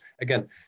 again